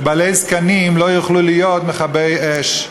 שבעלי זקנים לא יוכלו להיות מכבי אש.